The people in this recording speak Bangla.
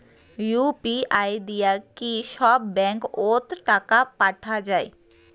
ইউ.পি.আই দিয়া কি সব ব্যাংক ওত টাকা পাঠা যায়?